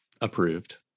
approved